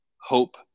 hope